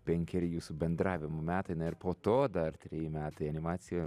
penkeri jūsų bendravimo metai na ir po to dar treji metai animacija